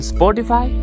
Spotify